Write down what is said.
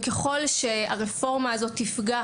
וככל שהרפורמה הזאת תבטל